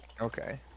Okay